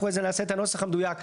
אחרי זה נעשה את הנוסח המדויק,